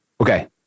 Okay